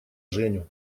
женю